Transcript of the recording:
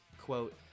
Quote